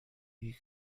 you